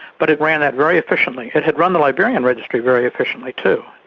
but it ran it very efficiently. it had run the liberian registry very efficiently too.